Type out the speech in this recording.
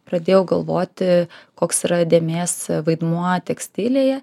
pradėjau galvoti koks yra dėmės vaidmuo tekstilėje